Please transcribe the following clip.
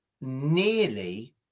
nearly